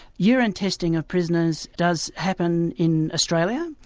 urine testing of prisoners does happen in australia,